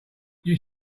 you